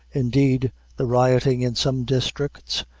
indeed the rioting, in some districts,